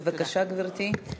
בבקשה, גברתי.